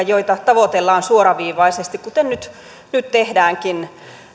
joita tavoitellaan suoraviivaisesti kuten nyt nyt tehdäänkin